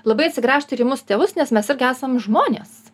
labai atsigręžt ir į mūsų tėvus nes mes irgi esam žmonės